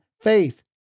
faith